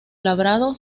labrado